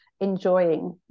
enjoying